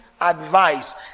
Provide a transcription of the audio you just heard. advice